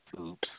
Oops